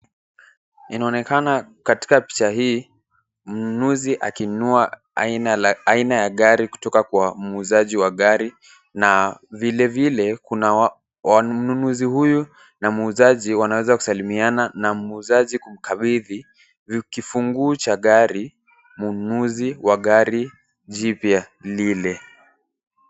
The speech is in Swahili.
Inaonekana katika picha hii mnunuzi akinunua aina ya gari kutoka kwa muuzaji wa gari na vile vile kuna mnunuzi huyu wanaanza kuasalimiana na muuzaji kukabidhi kifunguu cha gari mnunuzi wa gari jipya lile